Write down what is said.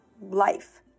Life